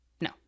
No